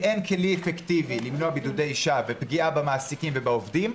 אם אין כלי אפקטיבי למנוע בידודי שווא ופגיעה במעסיקים ובעובדים,